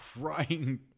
crying